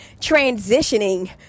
transitioning